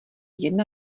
jedna